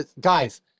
guys